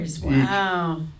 Wow